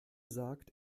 sagt